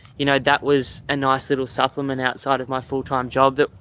you know, that was a nice little supplement outside of my full time job that,